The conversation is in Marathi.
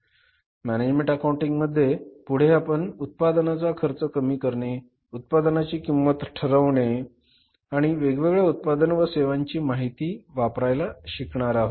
मॅनेजमेंट अकाउंटिंग मध्ये पुढे आपण उत्पादनाचा खर्च कमी करणे उत्पादनांची किंमत ठरवणे आणि वेगवेगळ्या उत्पादन व सेवांची खर्चाची माहिती वापरायला शिकणार आहोत